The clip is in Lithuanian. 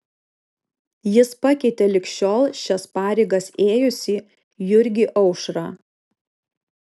jis pakeitė lig šiol šias pareigas ėjusį jurgį aušrą